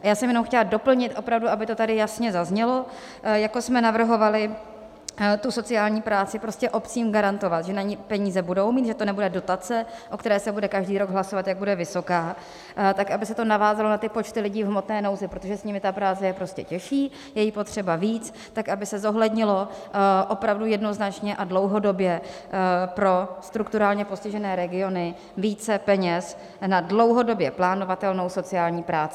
A jenom jsem chtěla doplnit, opravdu aby to tady jasně zaznělo: Jako jsme navrhovali sociální práci, prostě obcím garantovat, že na ni peníze budou mít, že to nebude dotace, o které se bude každý rok hlasovat, jak bude vysoká, tak aby se to navázalo na počty lidí v hmotné nouzi, protože s nimi je ta práce prostě těžší, je jí potřeba víc, tak aby se zohlednilo opravdu jednoznačně a dlouhodobě pro strukturálně postižené regiony více peněz na dlouhodobě plánovatelnou sociální práci.